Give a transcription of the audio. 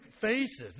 faces